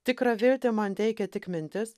tikrą viltį man teikia tik mintis